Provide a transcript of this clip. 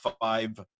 five